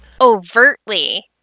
overtly